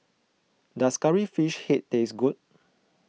does Curry Fish Head taste good